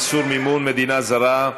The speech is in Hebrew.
איסור מימון מדינה זרה),